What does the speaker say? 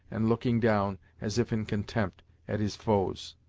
and looking down, as if in contempt, at his foes.